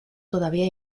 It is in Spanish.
todavía